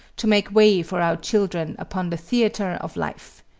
to make way for our children upon the theatre of life.